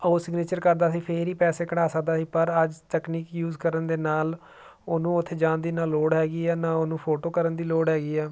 ਉਹ ਸਿਗਨੇਚਰ ਕਰਦਾ ਸੀ ਫਿਰ ਹੀ ਪੈਸੇ ਕਢਾ ਸਕਦਾ ਸੀ ਪਰ ਅੱਜ ਤਕਨੀਕੀ ਯੂਸ ਕਰਨ ਦੇ ਨਾਲ ਉਹਨੂੰ ਉੱਥੇ ਜਾਣ ਦੀ ਨਾਲ ਲੋੜ ਹੈਗੀ ਹੈ ਨਾ ਉਹਨੂੰ ਫੋਟੋ ਕਰਨ ਦੀ ਲੋੜ ਹੈਗੀ ਆ